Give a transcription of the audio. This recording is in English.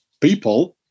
people